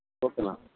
okay ma'am